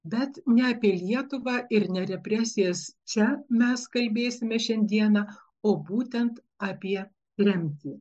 bet ne apie lietuvą ir ne represijas čia mes kalbėsime šiandieną o būtent apie tremtį